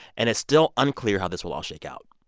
and it's still unclear how this will all shake out.